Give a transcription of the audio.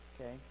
okay